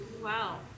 Wow